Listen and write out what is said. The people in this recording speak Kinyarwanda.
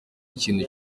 ikintu